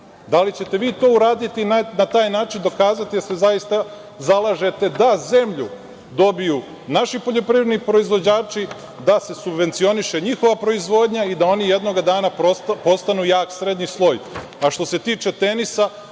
Da li ćete vi to uraditi i na taj način dokazati da se zaista zalažete da zemlju dobiju naši poljoprivredni proizvođači da se subvencioniše njihova proizvodnja i da oni jednoga dana postanu jak srednji sloj? Što